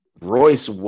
Royce